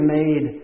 made